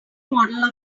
model